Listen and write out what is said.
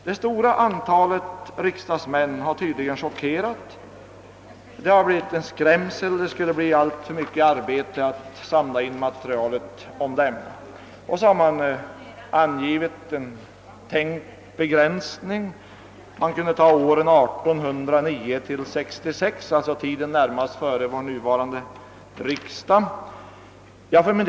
Det stora antalet riksdagsmän har tydligen chockerat — man har blivit skrämd och trott att det skulle bli alltför mycket arbete med att samla in materialet, och så har man angivit en tänkt begränsning till åren 1809—1866, alltså tiden före vår nuvarande riksdags införande.